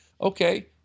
okay